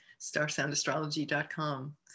Starsoundastrology.com